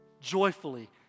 joyfully